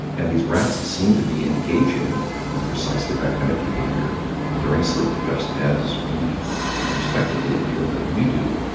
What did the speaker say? and these rats seemed to be engaging in precisely that kind of behaviour during sleep just as we introspectively feel that we do.